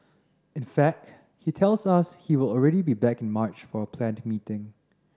in fact he tells us he will already be back in March for a planned meeting